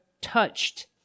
touched